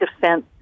defense